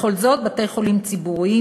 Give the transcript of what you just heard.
בכל זאת בתי-חולים ציבוריים,